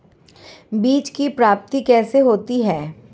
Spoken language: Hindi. बीज की प्राप्ति कैसे होती है?